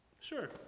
Sure